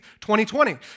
2020